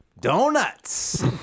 Donuts